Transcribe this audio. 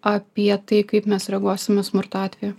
apie tai kaip mes reaguosime smurto atveju